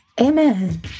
Amen